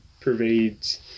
pervades